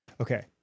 Okay